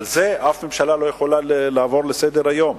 על זה אף ממשלה לא יכולה לעבור לסדר-היום.